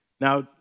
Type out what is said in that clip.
Now